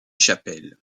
chapelle